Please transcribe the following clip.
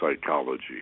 psychology